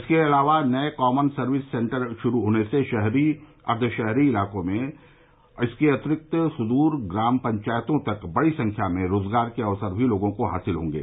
इसके अलावा नये कॉमन सर्विस सेन्टर शुरू होने से शहरी अर्द्वशहरी इलाकों सहित सुदूर ग्राम पंचायतों तक बड़ी संख्या में रोज़गार के अवसर भी लोगों को हासिल होंगे